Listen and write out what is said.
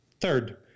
Third